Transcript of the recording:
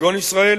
כגון ישראל,